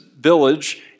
village